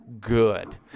Good